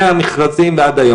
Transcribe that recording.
מהמכרזים ועד היום,